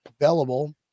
available